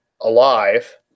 alive